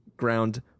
ground